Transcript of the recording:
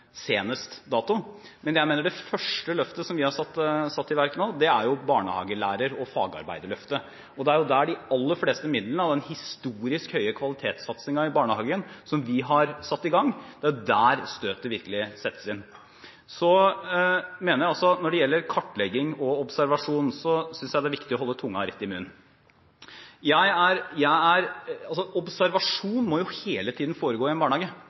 Det første løftet vi har satt i verk nå, er barnehagelærer- og fagarbeiderløftet. Det er der de aller fleste midlene brukes, til den historisk høye kvalitetssatsingen i barnehagen som vi har satt i gang. Det er der støtet virkelig settes inn. Så mener jeg at når det gjelder kartlegging og observasjon, er det viktig å holde tunga rett i munnen. Observasjon må foregå hele tiden i en barnehage, og det aller viktigste er å sikre at man klarer å fange opp de barna som uten hjelp, uten ekstra støtte, kanskje vil få en